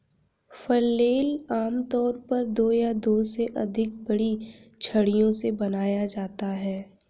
flail आमतौर पर दो या दो से अधिक बड़ी छड़ियों से बनाया जाता है